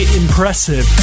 impressive